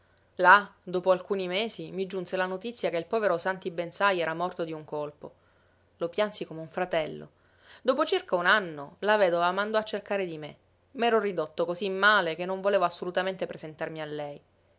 là dopo alcuni mesi mi giunse la notizia che il povero santi bensai era morto di un colpo lo piansi come un fratello dopo circa un anno la vedova mandò a cercare di me m'ero ridotto cosí male che non volevo assolutamente presentarmi a lei